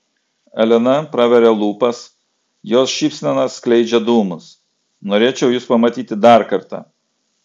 elena praveria lūpas jos šypsena skleidžia dūmus norėčiau jus pamatyti dar kartą